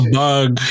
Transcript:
bug